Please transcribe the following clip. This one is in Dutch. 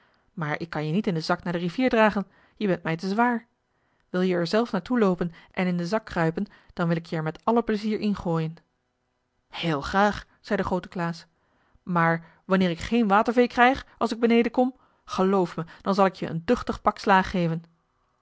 maar ik kan je niet in den zak naar de rivier dragen je bent mij te zwaar wil je er zelf naar toe loopen en in den zak kruipen dan wil ik je er met alle plezier ingooien heel graag zei de groote klaas maar wanneer ik geen watervee krijg als ik beneden kom geloof mij dan zal ik je een duchtig pak slaag geven